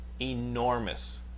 enormous